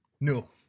No